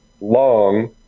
long